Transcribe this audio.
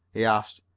he asked.